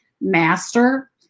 master